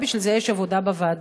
בשביל זה יש עבודה בוועדות,